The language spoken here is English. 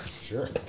sure